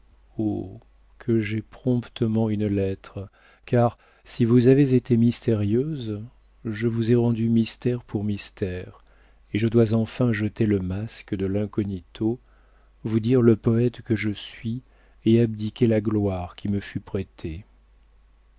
que j'aie promptement une lettre car si vous avez été mystérieuse je vous ai rendu mystère pour mystère et je dois enfin jeter le masque de l'incognito vous dire le poëte que je suis et abdiquer la gloire qui me fut prêtée